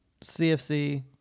CFC